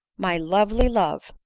my lovely love!